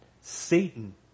Satan